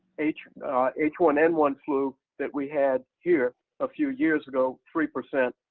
h and h one n one flu that we had here a few years ago three percent.